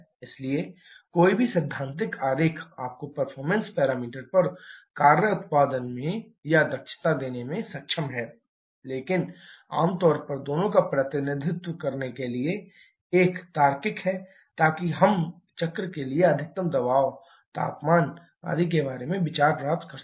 इसलिए कोई भी सैद्धांतिक आरेख आपको परफॉर्मेंस पैरामीटर पर कार्य उत्पादन में या दक्षता देने में सक्षम है लेकिन आम तौर पर दोनों का प्रतिनिधित्व करने के लिए एक तार्किक है ताकि हम चक्र के लिए अधिकतम दबाव तापमान आदि के बारे में भी विचार प्राप्त कर सकें